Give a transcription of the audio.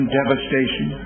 devastation